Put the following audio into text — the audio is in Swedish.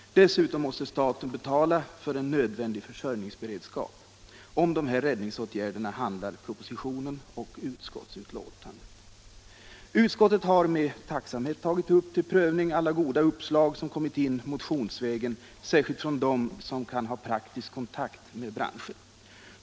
Staten måste även betala för en nödvändig försörjningsberedskap. Om dessa räddningsåtgärder handlar propositionen och utskottsbetänkandet. Utskottet har, med tacksamhet, till prövning tagit upp alla goda uppslag som kommit in motionsvägen, särskilt från dem som kan ha praktisk kontakt med branschen.